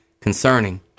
concerning